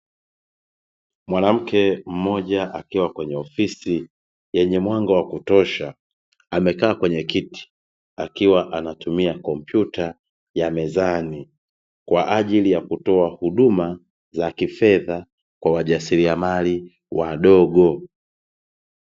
Mwanamke mmoja akiwa kwenye ofisi yenye mwanga wa kutosha. Amekaa kwenye kiti, akiwa anatumia kopyuta ya mezani kwa ajili ya kutoa huduma za kifedha kwa wajasiriamali wadogo.